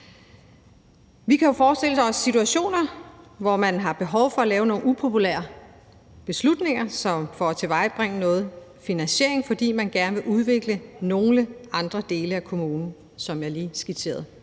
Vi kan jo forestille os situationer, hvor man har behov for at lave nogle upopulære beslutninger for at tilvejebringe noget finansiering, fordi man gerne vil udvikle nogle andre dele af kommunen, som jeg lige skitserede